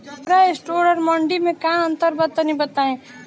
खुदरा स्टोर और मंडी में का अंतर बा तनी बताई?